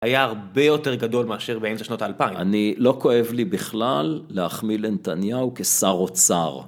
היה הרבה יותר גדול מאשר באמצע שנות האלפיים. אני לא כואב לי בכלל להחמיא לנתניהו כשר אוצר.